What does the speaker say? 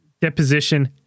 deposition